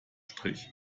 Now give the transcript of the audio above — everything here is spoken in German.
strich